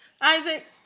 Isaac